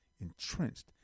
entrenched